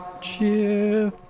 Cheers